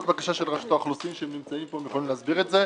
הם נמצאים פה ויכולים להסביר את זה,